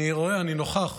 אני רואה, אני נוכח,